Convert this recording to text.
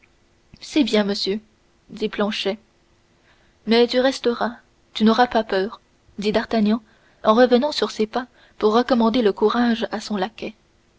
c'est bien monsieur dit planchet mais tu resteras tu n'auras pas peur dit d'artagnan en revenant sur ses pas pour recommander le courage à son laquais